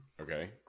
Okay